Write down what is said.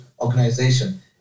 organization